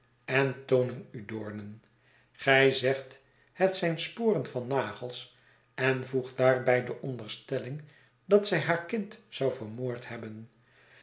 en toonen u doornen gij zegt het zijn sporen van nagels en voegt daarbij de onderstelling dat zij haar kind zou vermoord hebben